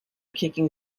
kicking